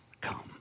come